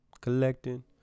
collecting